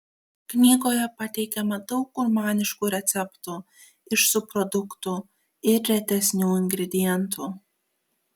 knygoje pateikiama daug gurmaniškų receptų iš subproduktų ir retesnių ingredientų